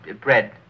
bread